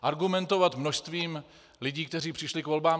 Argumentovat množstvím lidí, kteří přišli k volbám...